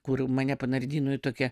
kur mane panardino į tokią